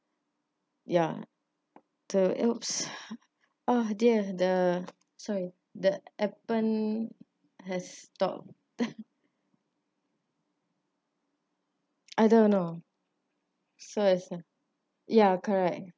ya to !oops! oh dear the sorry the appen has stopped I don't know so is ah ya correct